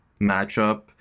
matchup